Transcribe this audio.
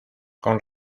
con